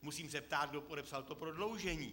Musím se ptát, kdo podepsal to prodloužení.